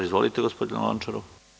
Izvolite, gospodine Lončaru.